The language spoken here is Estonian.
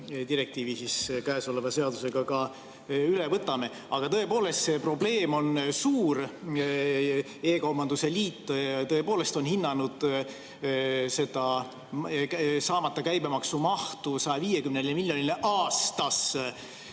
direktiivi käesoleva seadusega edukalt üle. Aga tõepoolest, see probleem on suur. E-kaubanduse liit tõepoolest on hinnanud saamata käibemaksu mahtu 150 miljonile aastas